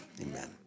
Amen